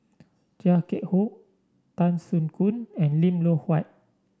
Chia Keng Hock Tan Soo Khoon and Lim Loh Huat